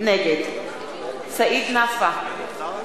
נגד סעיד נפאע,